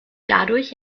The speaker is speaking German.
dadurch